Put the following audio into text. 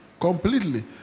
completely